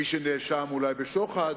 מי שנאשם אולי בשוחד.